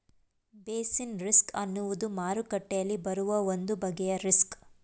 basis risk ಅನ್ನುವುದು ಮಾರುಕಟ್ಟೆಯಲ್ಲಿ ಬರುವ ಒಂದು ಬಗೆಯ ರಿಸ್ಕ್